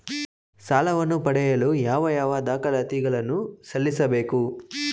ಸಾಲವನ್ನು ಪಡೆಯಲು ಯಾವ ಯಾವ ದಾಖಲಾತಿ ಗಳನ್ನು ಸಲ್ಲಿಸಬೇಕು?